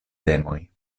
temoj